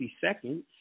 seconds